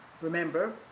remember